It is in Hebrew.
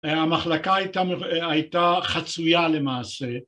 המחלקה הייתה חצויה למעשה